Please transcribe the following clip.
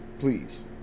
Please